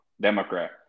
Democrat